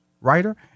writer